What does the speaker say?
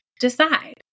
Decide